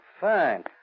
Fine